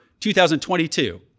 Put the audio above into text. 2022